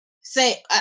say